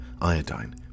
iodine